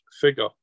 figure